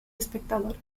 espectador